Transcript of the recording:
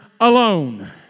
alone